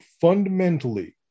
Fundamentally